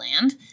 Land